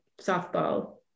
softball